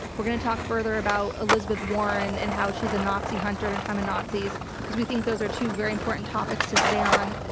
we're going to talk further about elizabeth warren and how she's a nazi hunter in a time of nazis because we think those are two very important topics to stay on.